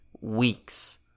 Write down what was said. weeks